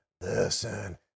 listen